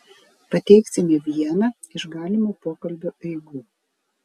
pateiksime vieną iš galimo pokalbio eigų